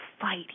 fight